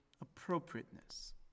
appropriateness